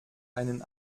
einen